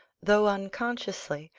though unconsciously,